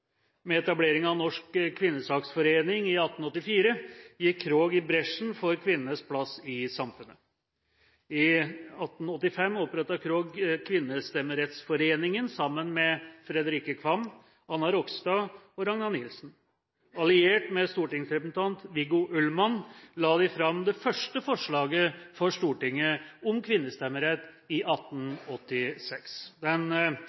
Med etablering av Norsk kvindesaksforening i 1884 gikk Krog i bresjen for kvinners plass i samfunnet. I 1885 opprettet Krog Kvindestemmeretsforeningen sammen med Fredrikke Marie Qvam, Anna Rogstad og Ragna Nielsen. Alliert med stortingsrepresentant Viggo Ullmann la de fram det første forslaget for Stortinget om kvinnestemmerett i 1886. Den